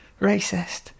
racist